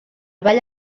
ball